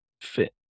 fit